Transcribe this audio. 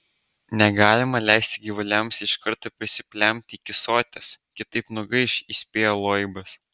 negalima leisti gyvuliams iš karto prisiplempti iki soties kitaip nugaiš įspėjo loibas